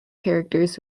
characters